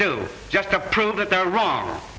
do just to prove that they're wrong